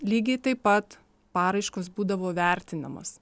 lygiai taip pat paraiškos būdavo vertinamos